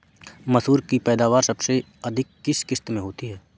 मसूर की पैदावार सबसे अधिक किस किश्त में होती है?